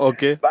Okay